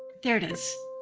there it is.